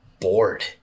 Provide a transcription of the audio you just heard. bored